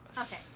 Okay